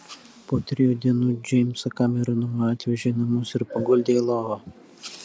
po trijų dienų džeimsą kameroną atvežė į namus ir paguldė į lovą